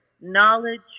Knowledge